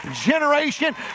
generation